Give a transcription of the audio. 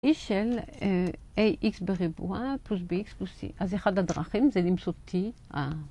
e של ax בריבוע פלוס bx פלוס c, אז אחד הדרכים זה למצוא t ה...